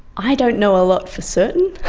i don't know a lot for certain.